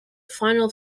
final